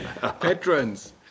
Patrons